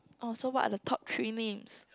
oh so what are the top three names